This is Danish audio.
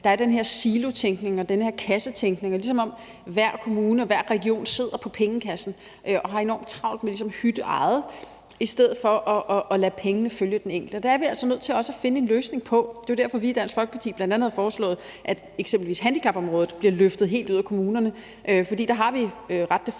der er den her silotænkning og den her kassetænkning, og det er, som om hver kommune og hver region sidder på pengekassen og har enormt travlt med ligesom at hytte deres eget skind i stedet for at lade pengene følge den enkelte. Det er vi altså nødt til også at finde en løsning på. Det er jo derfor, vi i Dansk Folkeparti bl.a. har foreslået, at eksempelvis handicapområdet bliver løftet helt ud af kommunerne. For der har vi de facto